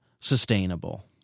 sustainable